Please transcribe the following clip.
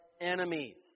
enemies